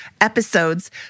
episodes